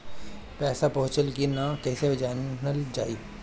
पैसा पहुचल की न कैसे जानल जाइ?